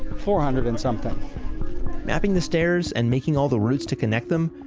four hundred and something mapping the stairs and making all the routes to connect them,